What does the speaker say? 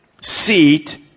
seat